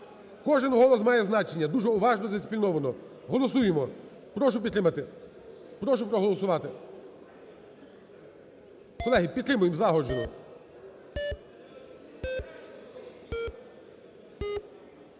Кожен голос має значення. Дуже уважно, дисципліновано. Голосуємо. Прошу підтримати. Прошу проголосувати. Колеги, підтримуємо злагоджено.